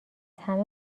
همه